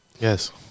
Yes